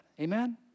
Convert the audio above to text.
Amen